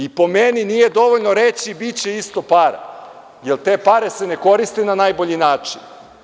I po meni nije dovoljno reći - biće isto para, jer te pare se ne koriste na najbolji način.